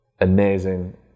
amazing